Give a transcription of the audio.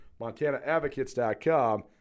MontanaAdvocates.com